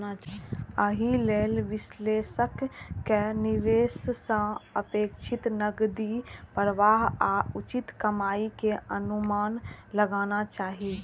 एहि लेल विश्लेषक कें निवेश सं अपेक्षित नकदी प्रवाह आ उचित कमाइ के अनुमान लगाना चाही